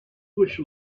bush